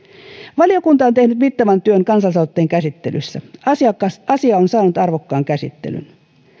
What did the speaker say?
valiokunta on tehnyt mittavan työn kansalaisaloitteen käsittelyssä asia on saanut arvokkaan käsittelyn